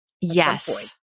Yes